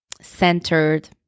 centered